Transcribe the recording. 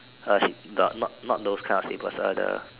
uh she the not not those kind of slippers ah the